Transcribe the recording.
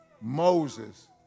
Moses